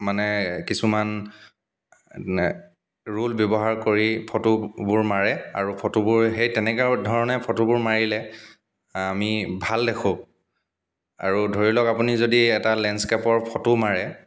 মানে কিছুমান মানে ৰুল ব্যৱহাৰ কৰি ফটোবোৰ মাৰে আৰু ফটোবোৰ সেই তেনেকৈ ধৰণে ফটোবোৰ মাৰিলে আমি ভাল দেখোঁ আৰু ধৰি লওক আপুনি যদি এটা লেণ্ডস্কেপৰ ফটো মাৰে